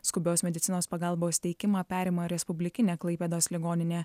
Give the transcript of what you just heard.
skubios medicinos pagalbos teikimą perima respublikinė klaipėdos ligoninė